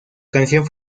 canción